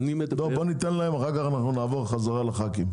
נשמע אותם ואחר כך נשמע את חברי הכנסת.